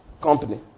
company